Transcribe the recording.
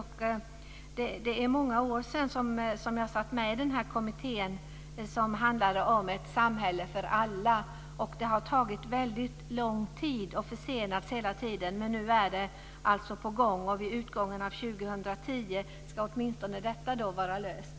Det är många år sedan som jag satt med i den här kommittén som handlade om ett samhälle för alla. Det har tagit väldigt lång tid, och det har försenats hela tiden. Men nu är ett alltså på gång. Vid utgången av 2010 ska åtminstone detta vara löst.